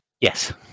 Yes